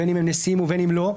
בין אם הם נשיאים ובין אם לא,